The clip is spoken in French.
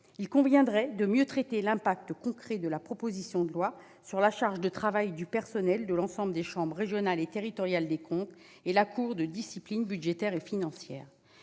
Il conviendrait de mieux traiter l'impact concret d'une adoption de la proposition de loi sur la charge de travail du personnel de l'ensemble des chambres régionales et territoriales des comptes et de la Cour de discipline budgétaire et financière.